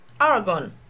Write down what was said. Aragon